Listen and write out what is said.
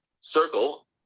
circle